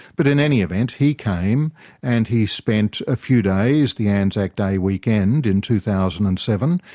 but in any event he came and he spent a few days, the anzac day weekend in two thousand and seven.